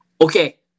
Okay